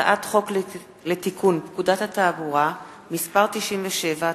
הצעת חוק לתיקון פקודת התעבורה (מס' 97),